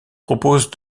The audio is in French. propose